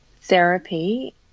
therapy